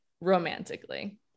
romantically